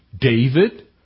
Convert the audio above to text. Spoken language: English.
David